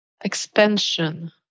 expansion